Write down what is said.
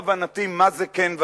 אנחנו רוצים לחקור את "בצלם",